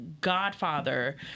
godfather